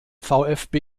vfb